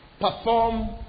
perform